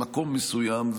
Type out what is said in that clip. ממקום מסוים,